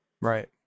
Right